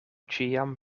ĉiam